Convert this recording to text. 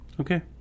okay